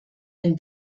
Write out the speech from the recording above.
ein